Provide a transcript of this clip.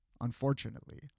unfortunately